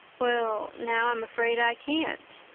well now, i'm afraid i can't,